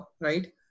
Right